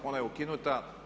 Ona je ukinuta.